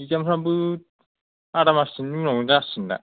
इग्जामफ्राबो आदामाससोनि उनावनो जासिगोनदां